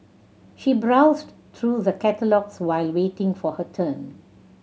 she browsed through the catalogues while waiting for her turn